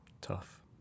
Tough